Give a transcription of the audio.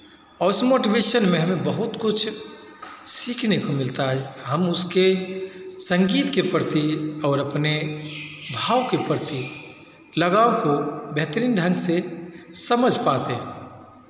उस मोटिवेशन में हमें बहुत कुछ सीखने को मिलता है हम उसके संगीत के प्रति और अपने भाव के प्रति लगाव को बेहतरीन ढंग से समझ पाते हैं